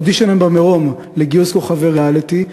"אודישנים במרום" לגיוס כוכבי ריאליטי,